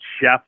chef